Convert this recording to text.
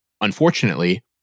unfortunately